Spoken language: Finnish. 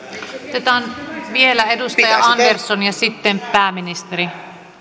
otetaan vielä edustaja andersson ja sitten pääministeri